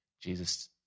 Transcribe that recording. Jesus